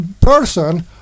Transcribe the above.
person